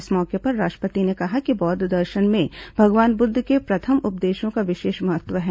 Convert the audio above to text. इस मौके पर राष्ट्रपति ने कहा कि बौद्ध दर्शन में भगवान बुद्ध के प्रथम उपदेशों का विशेष महत्व है